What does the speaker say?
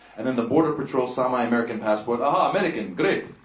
and then the border patrol saw my american passport ah-ha! american, great.